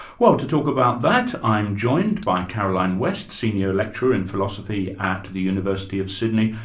well, to talk about that, i'm joined by caroline west, senior lecturer in philosophy at the university of sydney,